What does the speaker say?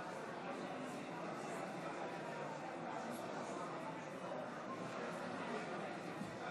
עוברים להצבעה על ההצעה להביע אי-אמון בממשלה של סיעת המחנה הממלכתי.